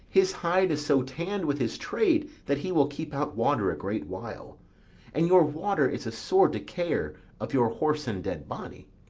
his hide is so tann'd with his trade that he will keep out water a great while and your water is a sore decayer of your whoreson dead body.